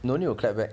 no need to clap back